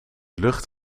lucht